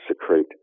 secrete